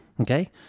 okay